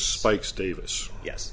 sikes davis yes